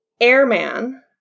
airman